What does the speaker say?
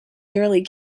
nearly